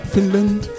Finland